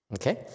Okay